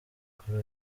kuri